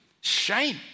shame